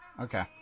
Okay